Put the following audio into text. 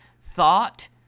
thought